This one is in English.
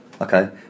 Okay